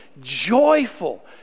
joyful